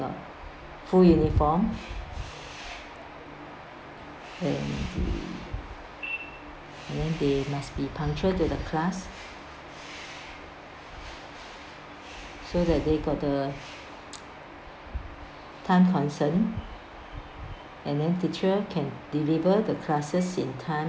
full uniform and the and then they must be punctual to the class so that they got the time concern and then teacher can deliver the classes in time